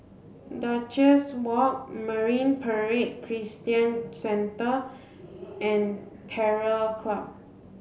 Duchess Walk Marine Parade Christian Centre and Terror Club